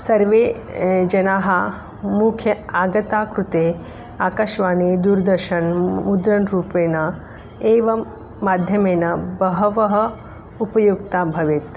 सर्वे जनाः मुख्यम् आगतानां कृते आकाशवाणी दूर्दर्शनं मुद्रणरूपेण एवं माध्यमेन बहवः उपयुक्ता भवेत्